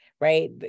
right